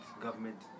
government